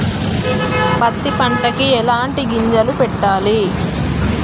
పత్తి పంటకి ఎలాంటి గింజలు పెట్టాలి?